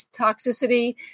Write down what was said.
toxicity